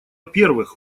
первых